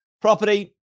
property